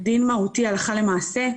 בדין מהותי הלכה למעשה,